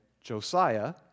Josiah